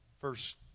first